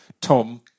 Tom